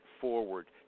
forward